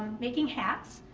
making hats,